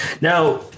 Now